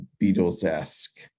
beatles-esque